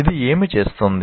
ఇది ఏమి చేస్తుంది